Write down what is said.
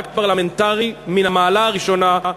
באקט פרלמנטרי מן המעלה הראשונה,